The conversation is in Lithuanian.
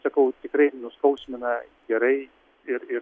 sakau tikrai nuskausmina gerai ir ir